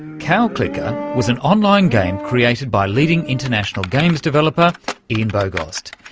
cow clicker was an online game created by leading international games developer ian bogost.